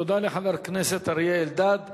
תודה לחבר הכנסת אריה אלדד.